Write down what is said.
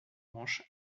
manche